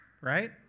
right